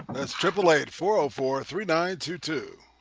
that's triple eight four oh four three nine two two